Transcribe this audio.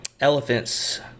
elephants